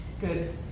Good